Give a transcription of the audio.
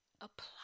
Apply